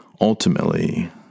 Ultimately